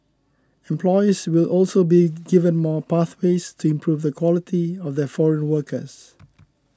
employers will also be given more pathways to improve the quality of their foreign workers